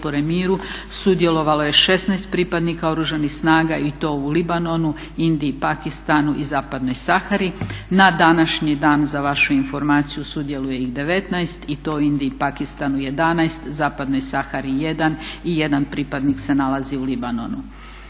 potpore miru sudjelovalo je 16 pripadnika Oružanih snaga i to u Libanonu, Indiji, Pakistanu i Zapadnoj Sahari. Na današnji dan za vau informaciju sudjeluje ih 19 i to u Indiju i Pakistanu 11, Zapadnoj Sahari 1 i 1 pripadnik se nalazi u Libanonu.